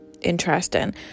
interesting